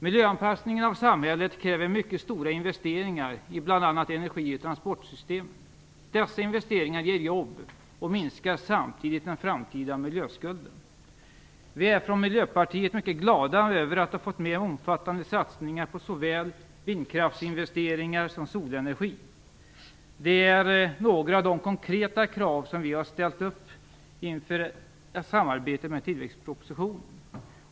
Miljöanpassningen av samhället kräver mycket stora investeringar i bl.a. energi och transportsystemen. Dessa investeringar ger jobb och minskar samtidigt den framtida miljöskulden. Vi i Miljöpartiet är mycket glada över att ha fått med omfattande satsningar på såväl vindkraft som solenergi. Det är några av de konkreta krav som vi har ställt upp inför ett samarbete kring tillväxtpropositionen.